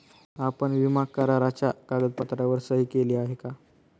आपण विमा कराराच्या कागदपत्रांवर सही केली आहे का?